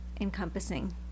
encompassing